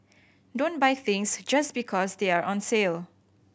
don't buy things just because they are on sale